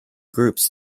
groups